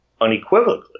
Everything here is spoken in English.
unequivocally